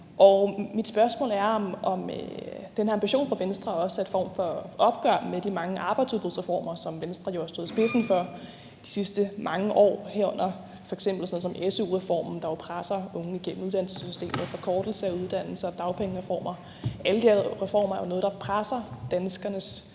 Mit spørgsmål er, om den her ambition fra Venstre også er en form for opgør med de mange arbejdsudbudsreformer, som Venstre jo har stået i spidsen for de sidste mange år, herunder f.eks. sådan noget som su-reformen, der presser unge igennem uddannelsessystemet, forkortelse af uddannelser og dagpengereformer. Alle de her reformer er jo noget, der presser danskerne